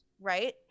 Right